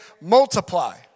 multiply